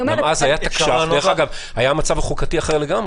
דרך אגב, אז היה מצב חוקתי אחר לגמרי.